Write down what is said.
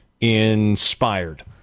inspired